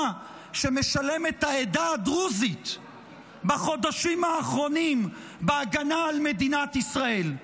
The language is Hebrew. שמשלמת העדה הדרוזית בחודשים האחרונים בהגנה על מדינת ישראל.